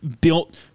built